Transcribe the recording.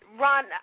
Ron